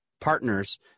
partners